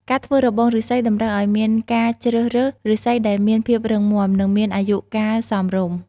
ការធ្វើរបងឬស្សីតម្រូវឱ្យមានការជ្រើសរើសឬស្សីដែលមានភាពរឹងមាំ និងមានអាយុកាលសមរម្យ។